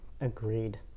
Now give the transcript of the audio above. agreed